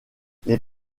les